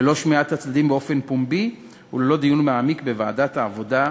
ללא שמיעת הצדדים באופן פומבי וללא דיון מקדים בוועדת העבודה,